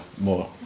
more